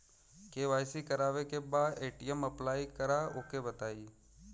KYC करावे के बा ए.टी.एम अप्लाई करा ओके बताई?